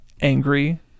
angry